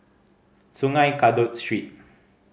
Sungei Kadut Street